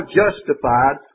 justified